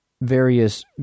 various